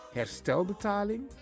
herstelbetaling